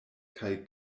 kaj